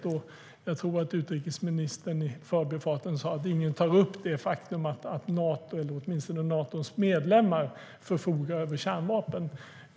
Jag tror att utrikesministern i förbifarten sa att ingen tar upp det faktum att Nato, eller åtminstone Natos medlemmar, förfogar över kärnvapen.